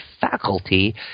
faculty